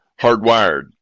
hardwired